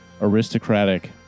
aristocratic